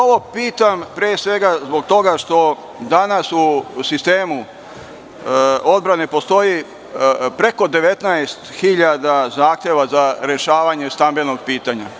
Ovo pitam pre svega zbog toga što danas u sistemu otpreme postoji preko 19.000 zahteva za rešavanje stambenog pitanja.